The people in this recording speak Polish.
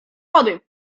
wody